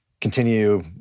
continue